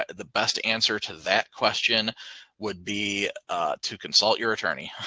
the best answer to that question would be to consult your attorney.